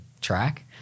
track